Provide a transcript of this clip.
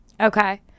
Okay